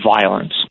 violence